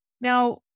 Now